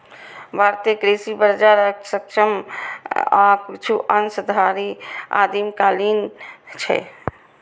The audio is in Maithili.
भारतीय कृषि बाजार अक्षम आ किछु अंश धरि आदिम कालीन छै